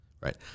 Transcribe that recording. right